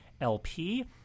lp